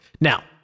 Now